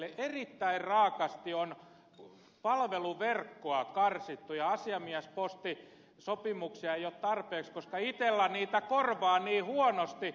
erittäin raaasti on palveluverkkoa karsittu ja asiamiespostisopimuksia ei ole tarpeeksi koska itella niitä korvaa niin huonosti